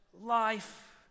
life